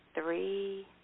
three